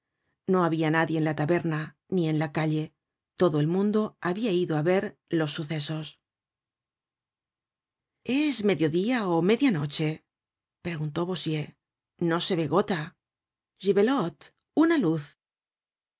no habia nadie en la taberna ni en la calle todo el mundo habia ido á ver los sucesos content from google book search generated at es medio dia ó media noche preguntó bossuet no se ve gota gibelote una luz